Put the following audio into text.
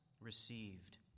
received